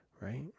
right